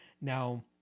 Now